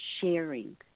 sharing